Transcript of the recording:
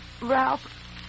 Ralph